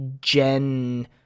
Gen